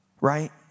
right